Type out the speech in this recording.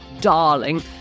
darling